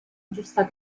giusta